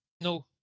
no